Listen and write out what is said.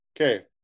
okay